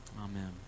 Amen